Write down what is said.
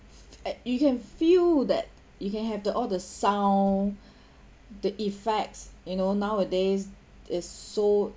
uh you can feel that you can have the all the sound the effects you know nowadays it's so